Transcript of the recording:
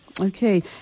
Okay